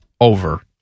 over